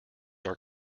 are